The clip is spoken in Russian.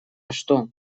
что